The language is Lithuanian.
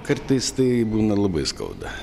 kartais tai būna labai skauda